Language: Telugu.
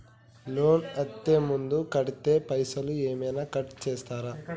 లోన్ అత్తే ముందే కడితే పైసలు ఏమైనా కట్ చేస్తరా?